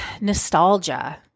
nostalgia